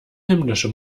himmlische